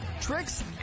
tricks